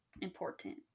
important